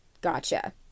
gotcha